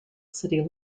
city